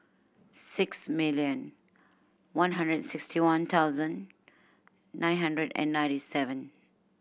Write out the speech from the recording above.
six million one hundred and sixty one thousand nine hundred and ninety seven